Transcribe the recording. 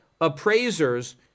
appraisers